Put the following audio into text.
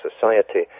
society